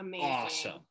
awesome